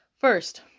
first